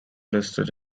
listed